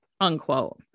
unquote